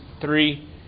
three